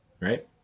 right